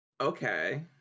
Okay